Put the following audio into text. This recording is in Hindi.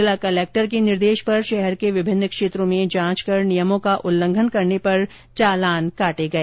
जिला कलेक्टर के निर्देश पर शहर के विभिन्न क्षेत्रों में जांच कर नियमों का उल्लंघन करने पर चालान काटे गए